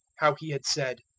how he had said,